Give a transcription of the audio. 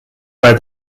where